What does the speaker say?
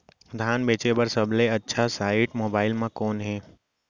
धान बेचे बर सबले अच्छा साइट मोबाइल म कोन हे?